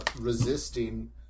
resisting